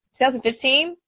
2015